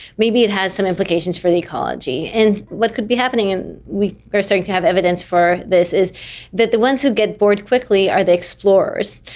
maybe it has some implications for the ecology. and what could be happening, and we are starting to have evidence for this, is that the ones who get bored quickly are the explorers,